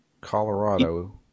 Colorado